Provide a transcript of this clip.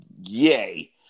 yay